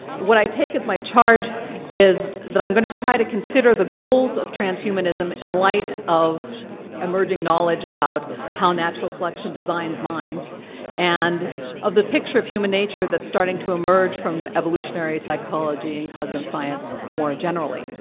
what i take as my charge is that i'm going to try to consider the goals of transhumanism in light of emerging knowledge about how natural selection designs minds and of the picture of human nature that's starting to emerge from evolutionary psychology and cognitive science more generally.